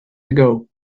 ago